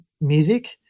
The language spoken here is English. music